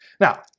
Now